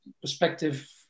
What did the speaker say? perspective